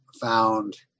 found